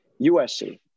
USC